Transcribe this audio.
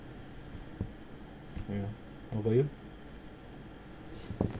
ya what about you